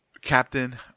captain